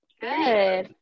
Good